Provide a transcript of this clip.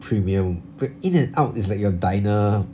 premium b~ In-N-Out is like your diner